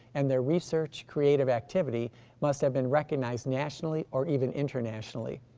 and their research creative activity must have been recognized nationally or even internationally.